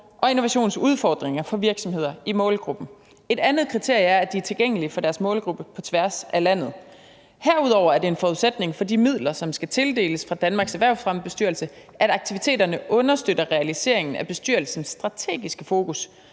og innovationsudfordringer for virksomheder i målgruppen. Et andet kriterie er, at de er tilgængelige for deres målgruppe på tværs af landet. Herudover er det en forudsætning for de midler, som skal tildeles fra Danmarks Erhvervsfremmebestyrelse, at aktiviteterne understøtter realiseringen af bestyrelsens strategiske fokus,